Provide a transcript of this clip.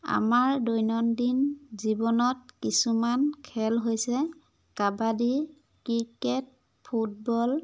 আমাৰ দৈনন্দিন জীৱনত কিছুমান খেল হৈছে কাবাডী ক্ৰিকেট ফুটবল